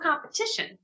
competition